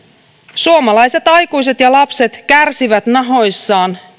suomalaiset aikuiset ja lapset kärsivät nahoissaan